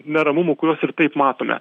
neramumų kuriuos ir taip matome